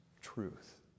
truth